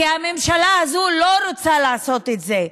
כי הממשלה הזו לא רוצה לעשות את זה.